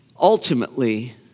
ultimately